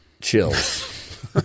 chills